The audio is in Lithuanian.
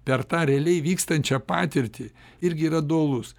per tą realiai vykstančią patirtį irgi yra dualus